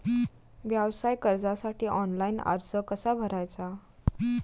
व्यवसाय कर्जासाठी ऑनलाइन अर्ज कसा भरायचा?